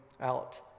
out